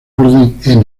orden